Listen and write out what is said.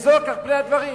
ולא כך פני הדברים.